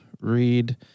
read